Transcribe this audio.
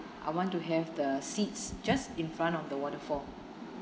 I want to have the seats just in front of the waterfall